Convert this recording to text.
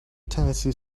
tennessee